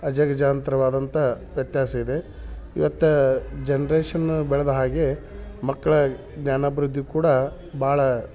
ಅಜಗಜಾಂತರವಾದಂತ ವ್ಯತ್ಯಾಸ ಇದೆ ಇವತ್ತಾ ಜನ್ರೇಷನ್ನು ಬೆಳೆದ ಹಾಗೇ ಮಕ್ಕಳ ಜ್ಞಾನಾಭಿವೃದ್ಧಿ ಕೂಡ ಭಾಳಾ